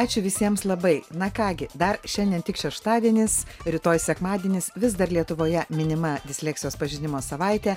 ačiū visiems labai na ką gi dar šiandien tik šeštadienis rytoj sekmadienis vis dar lietuvoje minima disleksijos pažinimo savaitė